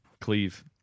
Cleve